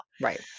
Right